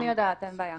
אני יודעת, אין בעיה.